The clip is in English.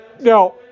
Now